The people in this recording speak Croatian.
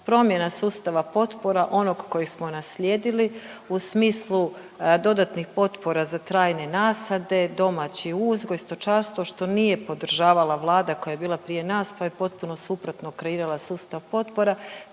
Promjena sustava potpora onog koji smo naslijedili u smislu dodatnih potpora za trajne nasade, domaći uzgoj, stočarstvo što nije podržavala Vlada koja je bila prije nas pa je potpuno suprotno kreirala sustav potpora